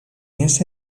ese